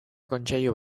kontseilu